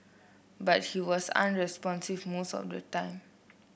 but he was unresponsive most of the time